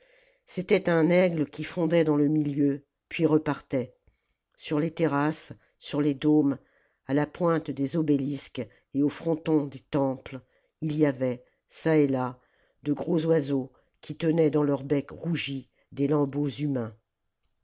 c'était un aigle qui fondait dans le milieu puis repartait sur les terrasses sur les dômes à la pointe des obélisques et au fronton des temples il y avait çà et là de gros oiseaux qui tenaient dans leur bec rougi des lambeaux humains